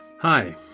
Hi